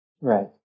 Right